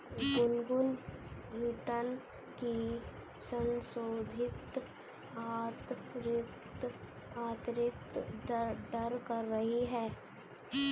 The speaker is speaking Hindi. गुनगुन रिटर्न की संशोधित आंतरिक दर कर रही है